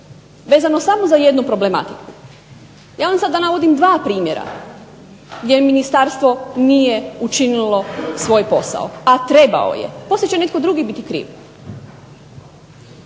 vezano samo za jednu problematiku. Ja vam sada navodim 2 primjera gdje ministarstvo nije učinilo svoj posao, a trebao je. Poslije će netko drugi biti kriv.